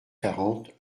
quarante